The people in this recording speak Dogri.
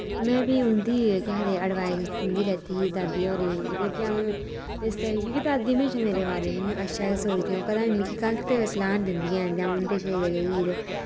मैं फ्ही उंदी केह् आखदे एडवाइस उंदी लैती ही दादी होरें क्यूंकि आऊं जिसलै बी क्यूंकि दादी म्हेशां मेरे बारे इयां अच्छा गै सोच दियां ओह् कदें बी मिकी गलत सलाह् नेईं दिन्दियां ऐ न ते आऊं उंदे'शा गेई ते